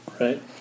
right